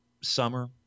summer